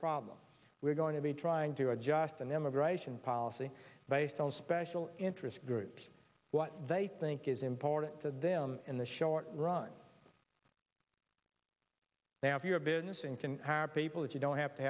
problem we're going to be trying to adjust an immigration policy based on special interest groups what they think is important to them in the short run they have your business and can have people if you don't have to